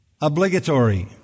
obligatory